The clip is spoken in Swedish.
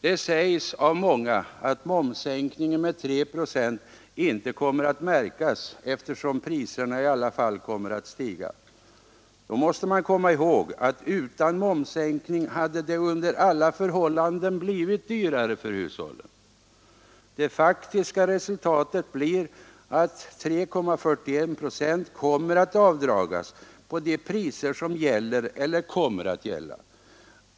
Det sägs av många att momssänkningen med 3 procent inte kommer att märkas, eftersom priserna i alla fall kommer att stiga. Då måste man komma ihåg att utan momssänkning hade det under alla förhållanden blivit dyrare för hushållen. Det faktiska resultatet blir att 3,41 procent kommer att avdragas på de priser som gäller eller kommer att gälla.